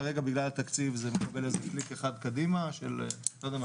כרגע בגלל התקציב זה מקבל איזה קליק אחד קדימה של שבועיים-שלושה,